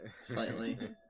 slightly